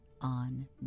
On